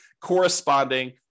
corresponding